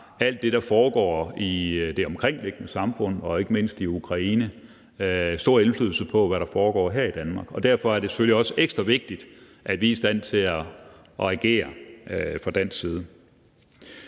alt det, der foregår i det omkringliggende samfund og ikke mindst i Ukraine, stor indflydelse på, hvad der foregår her i Danmark. Derfor er det selvfølgelig også ekstra vigtigt, at vi er i stand til at agere fra dansk side.